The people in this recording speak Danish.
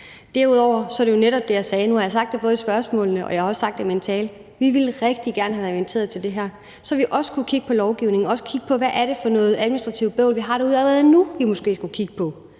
Derudover er det jo netop det, jeg sagde – nu har jeg sagt det både i spørgsmålene og også i min tale: Vi ville rigtig gerne have været inviteret med til det her, så vi også kunne kigge på lovgivningen, og også kigge på, hvad det er for noget administrativt bøvl, vi har derude allerede nu, som vi måske skulle kigge på.